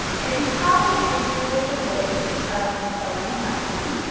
if you have an issue with the waist of sewing a muslin,